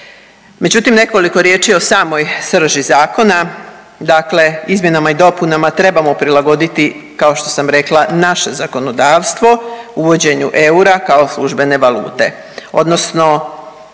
Međutim, nekoliko riječi o samoj srži zakona. Dakle, izmjenama i dopunama trebamo prilagoditi kao što sam rekla naše zakonodavstvo uvođenju eura kao službene valute, odnosno